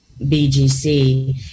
BGC